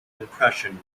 impression